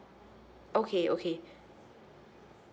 okay okay